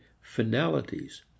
FINALITIES